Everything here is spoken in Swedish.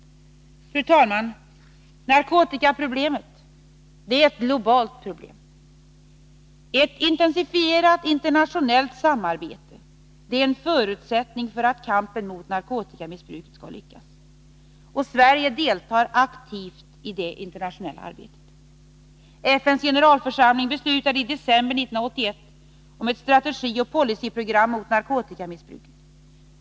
Fru talman! Narkotikaproblemet är ett globalt problem. Ett intensifierat internationellt samarbete är en förutsättning för att kampen mot narkotikamissbruket skall lyckas. Sverige deltar aktivt i detta internationella arbete. FN:s generalförsamling beslutade i december 1981 om ett strategioch policyprogram mot narkotikamissbruket.